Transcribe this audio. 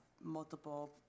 multiple